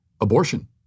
Abortion